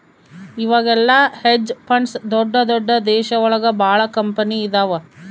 ಇವಾಗೆಲ್ಲ hedge funds ದೊಡ್ದ ದೊಡ್ದ ದೇಶ ಒಳಗ ಭಾಳ ಕಂಪನಿ ಇದಾವ